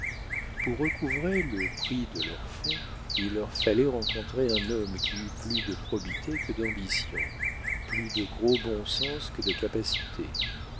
pour recouvrer le prix de leur fonds il leur fallait rencontrer un homme qui eût plus de probité que d'ambition plus de gros bon sens que de capacité